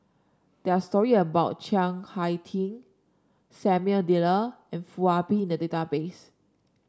there are stories about Chiang Hai Ding Samuel Dyer and Foo Ah Bee in the database